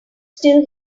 still